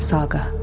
Saga